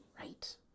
Right